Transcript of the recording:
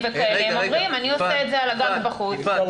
וזאת לא